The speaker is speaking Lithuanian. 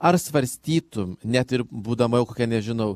ar svarstytum net ir būdama jau kokia nežinau